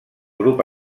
grup